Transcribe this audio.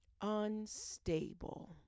unstable